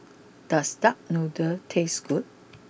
does Duck Noodle taste good